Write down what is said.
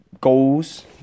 goals